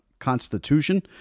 constitution